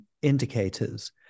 indicators